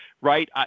right